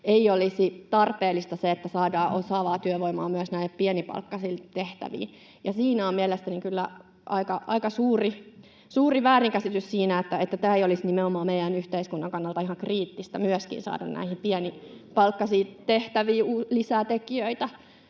ei olisi tarpeellista se, että saadaan osaavaa työvoimaa myös näihin pienipalkkaisiin tehtäviin. Mielestäni on kyllä aika suuri väärinkäsitys siinä, että ei olisi nimenomaan meidän yhteiskunnan kannalta ihan kriittistä saada myöskin näihin [Juha Mäenpää: